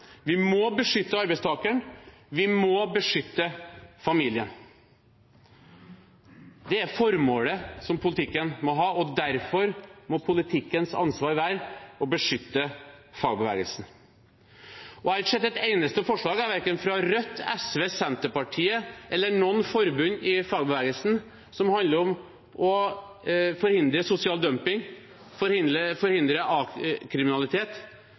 vi må beskytte arbeidstakeren, vi må beskytte familien. Det er formålet som politikken må ha, og derfor må politikkens ansvar være å beskytte fagbevegelsen. Jeg har ikke sett et eneste forslag fra verken Rødt, SV, Senterpartiet eller noe forbund i fagbevegelsen som handler om å forhindre sosial dumping og forhindre